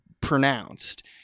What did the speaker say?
pronounced